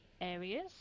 areas